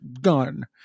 gun